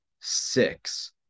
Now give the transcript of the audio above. six